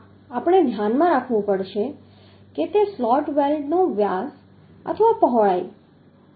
આ આપણે ધ્યાનમાં રાખવું પડશે કે તે સ્લોટનો વ્યાસ અથવા પહોળાઈ છે